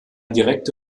direkte